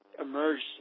emerged